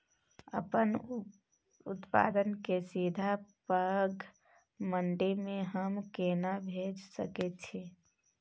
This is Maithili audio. अपन उत्पाद के सीधा पैघ मंडी में हम केना भेज सकै छी?